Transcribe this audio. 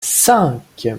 cinq